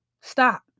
Stop